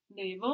Devo